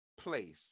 place